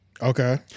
Okay